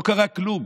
לא קרה כלום.